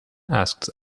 asked